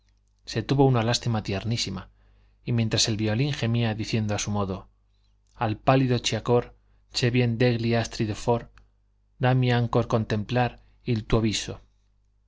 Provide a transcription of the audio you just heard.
se tuvo una lástima tiernísima y mientras el violín gemía diciendo a su modo al palido chiaror che vien degli astri d'or dami ancor contemplar il tuo viso